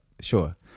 sure